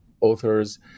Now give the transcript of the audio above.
authors